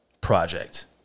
project